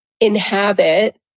inhabit